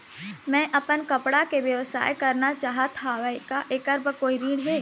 मैं अपन कपड़ा के व्यवसाय करना चाहत हावे का ऐकर बर कोई ऋण हे?